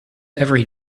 every